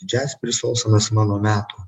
džias prisolsonas mano metų